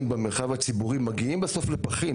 במרחב הציבורי מגיעים בסוף לפחים,